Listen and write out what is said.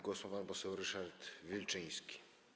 Głos ma pan poseł Ryszard Wilczyński.